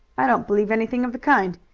i don't believe anything of the kind.